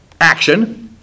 action